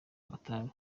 agatabi